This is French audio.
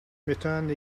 m’étonne